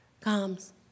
comes